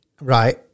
Right